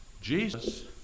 Jesus